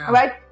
right